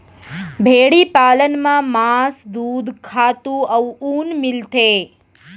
भेड़ी पालन म मांस, दूद, खातू अउ ऊन मिलथे